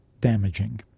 damaging